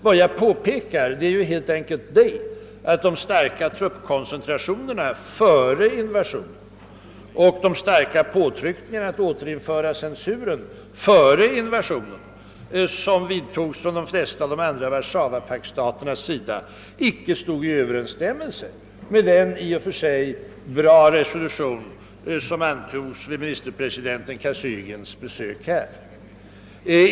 Vad jag påpekar är ju helt enkelt det, att de starka truppkoncentrationerna före invasionen och de starka påtryckningarna att återinföra censuren i Tjeckoslovakien före invasionen som vidtogs av de flesta av de andra Warszawapaktsstaterna icke stod i överensstämmelse med den i och för sig bra resolution som antogs vid ministerpresident Kosygins besök här.